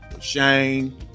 Shane